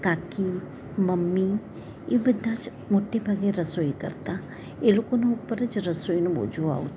કાકી મમ્મી એ બધાં જ મોટે ભાગે રસોઈ કરતાં એ લોકોનાં ઉપર જ રસોઈનો બોજો આવતો